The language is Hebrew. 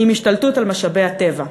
עם השתלטות על משאבי הטבע.